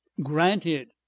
Granted